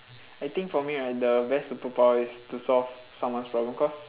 I think for me right the best superpower is to solve someone's problem cause